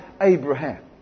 Abraham